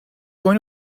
going